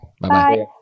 Bye